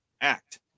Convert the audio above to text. act